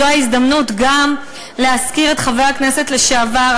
זו ההזדמנות להזכיר גם את חבר הכנסת לשעבר,